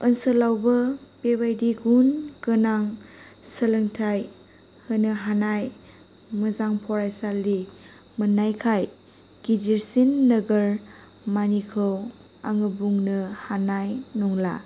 ओनसोलावबो बेबायदि गुन गोनां सोलोंथाइ होनो हानाय मोजां फरायसालि मोननायखाय गिदिरसिन नोगोर मानिखौ आङो बुंनो हानाय नंला